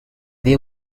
they